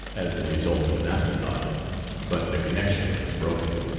as the result of an afterthought but the connection was broken.